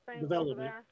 development